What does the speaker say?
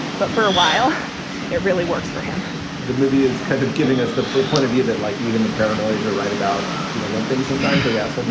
but for a while it really works for him the movie is kind of giving us the point of view that like even the paranoids are right about you know one thing sometimes. yes.